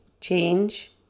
change